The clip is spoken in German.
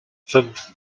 fünf